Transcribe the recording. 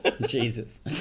Jesus